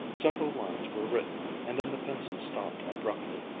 several lines were written and then the pencil stopped abruptly.